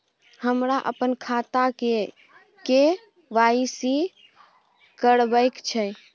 हमरा अपन खाता के के.वाई.सी करबैक छै